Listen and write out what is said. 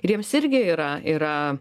ir jiems irgi yra yra